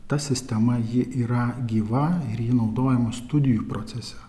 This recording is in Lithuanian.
ta sistema ji yra gyva ir ji naudojama studijų procese